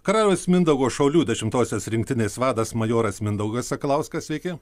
karaliaus mindaugo šaulių dešimtosios rinktinės vadas majoras mindaugas sakalauskas sveiki